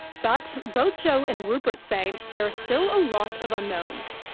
but both jo and rupert say there are still ah lots of unknowns.